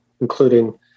including